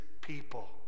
people